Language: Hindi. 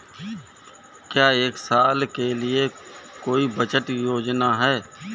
क्या एक साल के लिए कोई बचत योजना है?